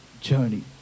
journey